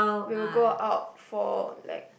we will go out for like